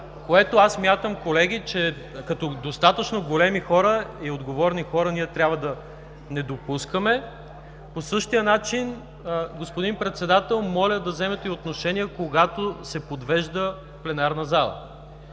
което аз смятам, колеги, че като достатъчно големи и отговорни хора ние трябва да не допускаме. По същия начин, господин Председател, моля да вземете и отношение, когато се подвежда пленарна зала!